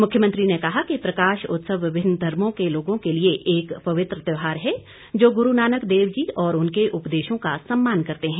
मुख्यमंत्री ने कहा कि प्रकाश उत्सव विभिन्न धर्मों के लोगों के लिए एक पवित्र त्यौहार है जो गुरू नानक देव जी और उनके उपदेशों का सम्मान करते हैं